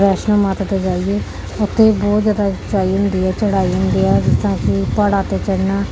ਵੈਸ਼ਨੋ ਮਾਤਾ ਦੇ ਜਾਈਏ ਉੱਥੇ ਬਹੁਤ ਜ਼ਿਆਦਾ ਉਚਾਈ ਹੁੰਦੀ ਹੈ ਚੜ੍ਹਾਈ ਹੁੰਦੀ ਆ ਜਿਸ ਤਰ੍ਹਾਂ ਕਿ ਪਹਾੜਾਂ 'ਤੇ ਚੜ੍ਹਨਾ